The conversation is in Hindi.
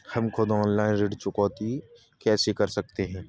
हम खुद ऑनलाइन ऋण चुकौती कैसे कर सकते हैं?